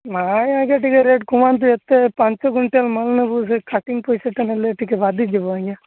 ନାଇଁ ଆଜ୍ଞା ଟିକିଏ ରେଟ୍ କମାନ୍ତୁ ଏତେ ପାଞ୍ଚ କ୍ୱିଣ୍ଟାଲ୍ ନେବୁ ସେ ପାକିଙ୍ଗ୍ ପଇସାଟା ନେଲେ ଟିକିଏ ବାଧିଯିବ ଆଜ୍ଞା